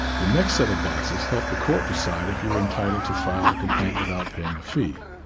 the next set of boxes help the court decide if you are entitled to file the complaint without paying a fee.